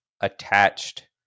attached